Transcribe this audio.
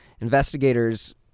investigators